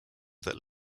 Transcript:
that